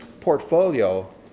portfolio